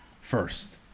first